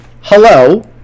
Hello